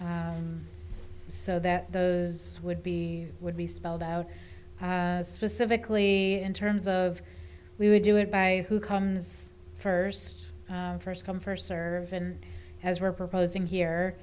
so that those would be would be spelled out specifically in terms of we would do it by who comes first first come first serve and as we're proposing here